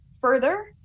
Further